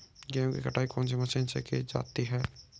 गेहूँ की कटाई कौनसी मशीन से की जाती है?